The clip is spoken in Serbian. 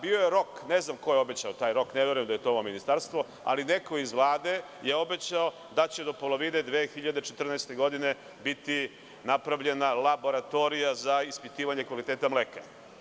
Bio je rok, ne znam ko je obećao taj rok, ne verujem da je to ovo ministarstvo, ali neko iz Vlade je obećao da će do polovine 2014. godine biti napravljena laboratorija za ispitivanje kvaliteta mleka.